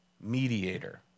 mediator